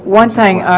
one thing